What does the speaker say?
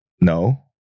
No